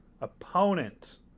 Opponent